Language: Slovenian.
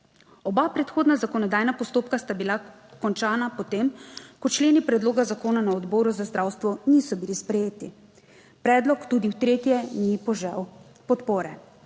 Oba predhodna zakonodajna postopka sta bila končana potem, ko členi predloga zakona na Odboru za zdravstvo niso bili sprejeti. Predlog tudi v tretje ni požel podpore.